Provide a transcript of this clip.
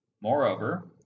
Moreover